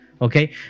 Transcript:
okay